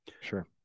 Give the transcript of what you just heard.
Sure